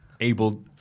able